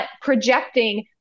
projecting